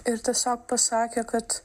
ir tiesiog pasakė kad